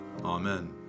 Amen